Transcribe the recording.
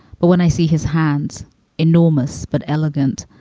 but when i see his hands enormous but elegant,